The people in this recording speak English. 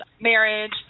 marriage